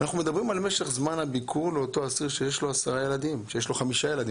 אנחנו מדברים על משך זמן הביקור לאותו אסיר שיש לו 10 ילדים או 5 ילדים.